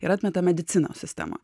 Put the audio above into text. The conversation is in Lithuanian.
ir atmeta medicinos sistemą